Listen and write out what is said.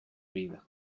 vida